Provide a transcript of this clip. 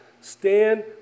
Stand